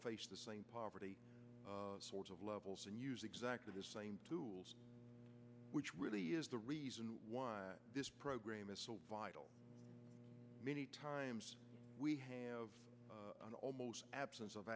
face the same poverty sort of levels and use exactly the same tools which really is the reason why this program is so vital many times we have an almost absence of